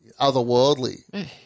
otherworldly